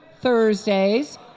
Thursdays